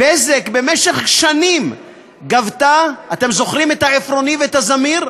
"בזק" גבתה במשך שנים אתם זוכרים את ה"עפרוני" וה"זמיר"?